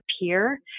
appear